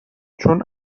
چون